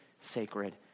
sacred